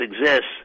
exists